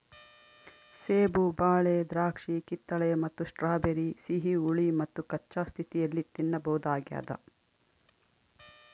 ಸೇಬು ಬಾಳೆ ದ್ರಾಕ್ಷಿಕಿತ್ತಳೆ ಮತ್ತು ಸ್ಟ್ರಾಬೆರಿ ಸಿಹಿ ಹುಳಿ ಮತ್ತುಕಚ್ಚಾ ಸ್ಥಿತಿಯಲ್ಲಿ ತಿನ್ನಬಹುದಾಗ್ಯದ